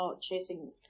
chasing